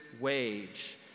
wage